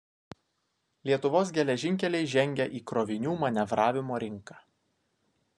lietuvos geležinkeliai žengia į krovinių manevravimo rinką